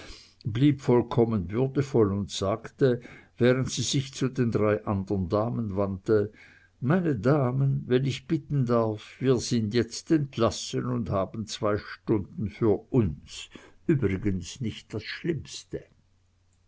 blieb vollkommen würdevoll und sagte während sie sich zu den drei anderen damen wandte meine damen wenn ich bitten darf wir sind jetzt entlassen und haben zwei stunden für uns übrigens nicht das schlimmste